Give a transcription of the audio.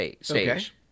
stage